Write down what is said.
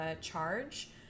charge